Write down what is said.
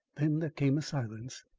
then there came a silence,